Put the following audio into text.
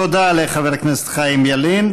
תודה לחבר הכנסת חיים ילין,